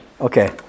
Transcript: Okay